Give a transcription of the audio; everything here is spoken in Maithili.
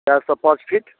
चारिसँ पाँच फीट